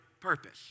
purpose